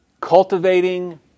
cultivating